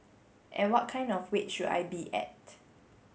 and what kind of weight should I be at